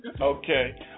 Okay